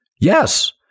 Yes